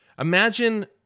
Imagine